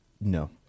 No